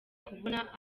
kubona